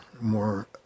more